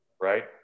Right